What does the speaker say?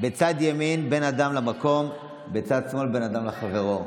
בצד ימין בן אדם למקום, בצד שמאל בן אדם לחברו,